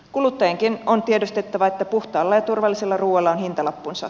kuluttajienkin on tiedostettava että puhtaalla ja turvallisella ruualla on hintalappunsa